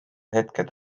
hetked